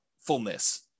fullness